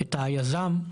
את היזם,